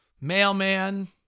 Mailman